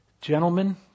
Gentlemen